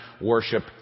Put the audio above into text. worship